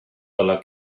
dalla